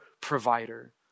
provider